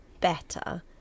better